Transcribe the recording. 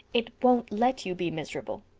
it won't let you be miserable.